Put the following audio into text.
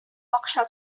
акча